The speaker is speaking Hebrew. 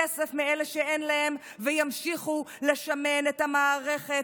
הם ייקחו כסף מאלה שאין להם וימשיכו לשמן את המערכת,